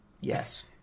Yes